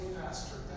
faster